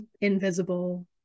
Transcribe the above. invisible